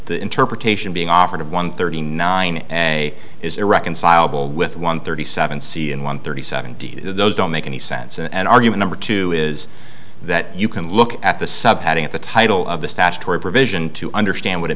the interpretation being offered of one thirty nine and a is irreconcilable with one thirty seven c and one thirty seven those don't make any sense in an argument or two is that you can look at the subheading at the title of the statutory provision to understand what it